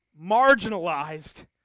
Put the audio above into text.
marginalized